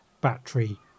battery